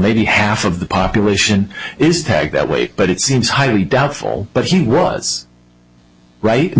maybe half of the population is tag that way but it seems highly doubtful but she was right